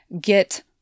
get